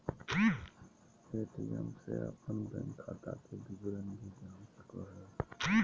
ATM से अपन bank खाता के विवरण भी जान सको हिये